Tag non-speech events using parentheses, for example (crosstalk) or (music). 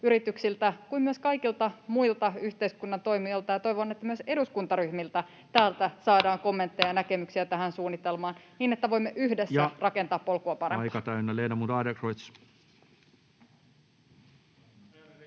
yrityksiltä kuin myös kaikilta muilta yhteiskunnan toimijoilta, ja toivon, (noise) että myös täältä eduskuntaryhmiltä saadaan kommentteja ja näkemyksiä tähän suunnitelmaan, niin että voimme yhdessä rakentaa polkua parempaan.